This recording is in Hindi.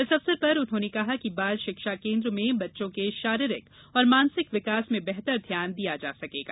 इस अवसर पर उन्होंने कहा कि बाल शिक्षा केन्द्र में बच्चों के शारीरिक और मानसिक विकास में बेहतर ध्यान दिया जा सकेगा